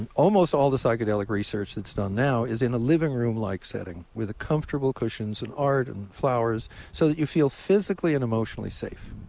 and almost all the psychedelic research that's done now is in a living room like setting with comfortable cushions and art and flowers so that you feel physically and emotionally safe.